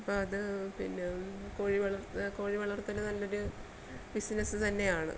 അപ്പം അത് പിന്നെ കോഴിവളർത്തൽ കോഴിവളർത്തൽ നല്ലൊരു ബിസിനസ്സ് തന്നെയാണ്